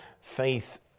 faith